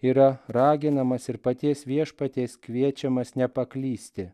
yra raginamas ir paties viešpaties kviečiamas nepaklysti